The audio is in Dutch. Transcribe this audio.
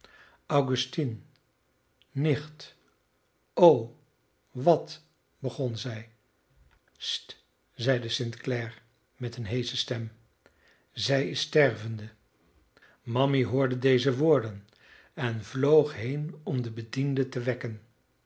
augustine nicht o wat begon zij st zeide st clare met een heesche stem zij is stervende mammy hoorde deze woorden en vloog heen om de bedienden te wekken